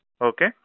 Okay